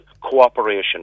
cooperation